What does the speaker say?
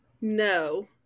No